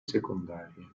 secondarie